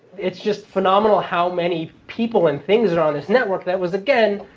it's just phenomenal how many people and things are on this network that was, again,